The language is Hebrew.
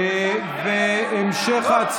בקריאה טרומית.